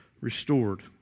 restored